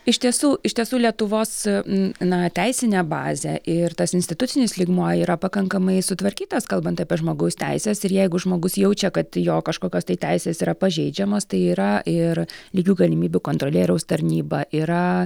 iš tiesų iš tiesų lietuvos na teisinė bazė ir tas institucinis lygmuo yra pakankamai sutvarkytas kalbant apie žmogaus teises ir jeigu žmogus jaučia kad jo kažkokios tai teisės yra pažeidžiamos tai yra ir lygių galimybių kontrolieriaus tarnyba yra